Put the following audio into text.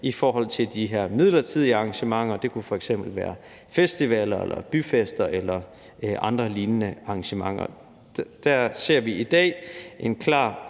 i forhold til de her midlertidige arrangementer. Det kunne f.eks. være festivaler eller byfester eller andre lignende arrangementer. Der ser vi i dag en klar